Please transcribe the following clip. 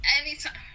anytime